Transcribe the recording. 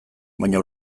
baina